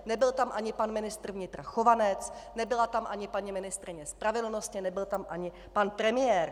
Nebyl tam ani pan ministr vnitra Chovanec, nebyla tam ani paní ministryně spravedlnosti, nebyl tam ani pan premiér.